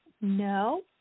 No